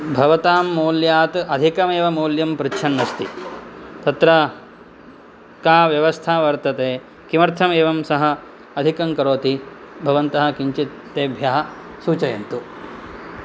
भवतां मूल्यात् अधिकमेव मूल्यं पृच्छन्नस्ति तत्र का व्यवस्था वर्तते किमर्थम् एवं सः अधिकङ्करोति भवन्तः किञ्चित् तेभ्यः सूचयन्तु